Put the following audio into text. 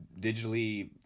digitally